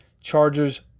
Chargers